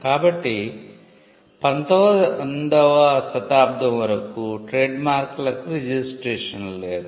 కాబట్టి 19 వ శతాబ్దం వరకు ట్రేడ్మార్క్లకు రిజిస్ట్రేషన్ లేదు